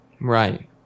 right